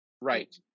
Right